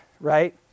right